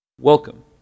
Welcome